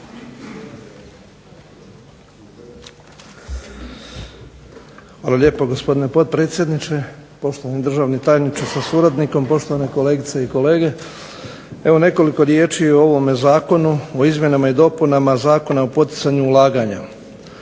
Hvala lijepo gospodine potpredsjedniče, poštovani državni tajniče sa suradnikom, kolegice i kolege. Evo nekoliko riječi o ovome Zakonu o izmjenama i dopunama Zakona o poticanju ulaganja.